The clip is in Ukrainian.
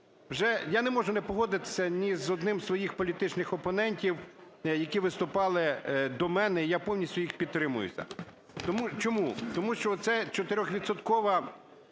Я не можу не погодитися ні з одним з своїх політичних опонентів, які виступали до мене, я повністю їх підтримую. Чому? Тому що оця